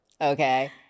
Okay